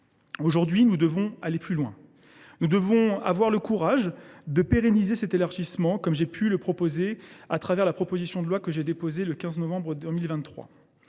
Aujourd’hui, nous devons aller plus loin. Nous devons avoir le courage de pérenniser cet élargissement, ainsi que je le proposais au travers d’une proposition de loi déposée le 15 novembre 2023.